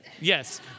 Yes